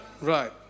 right